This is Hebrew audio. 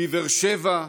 בבאר שבע,